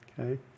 Okay